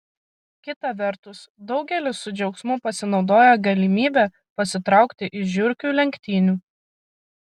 kita vertus daugelis su džiaugsmu pasinaudoja galimybe pasitraukti iš žiurkių lenktynių